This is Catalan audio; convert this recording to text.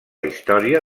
història